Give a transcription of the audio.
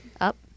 up